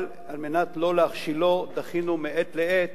אבל על מנת לא להכשילו דחינו מעת לעת